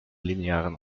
linearen